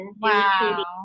Wow